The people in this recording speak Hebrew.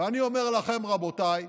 ואני אומר לכם, רבותיי,